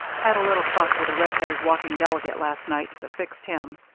had a little fuss with a red-headed walking delegate last night, but fixed him.